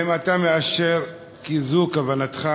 1. האם אתה מאשר כי זו כוונתך?